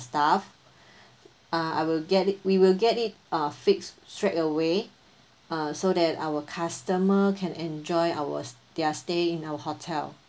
staff uh I will get it we will get it uh fixed straight away uh so that our customer can enjoy our s~ their stay in our hotel